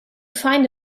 find